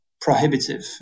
prohibitive